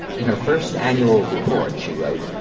in her first annual report, she wrote